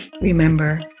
remember